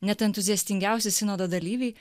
net entuziastingiausi sinodo dalyviai